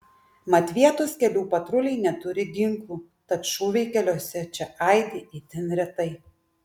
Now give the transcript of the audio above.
mat vietos kelių patruliai neturi ginklų tad šūviai keliuose čia aidi itin retai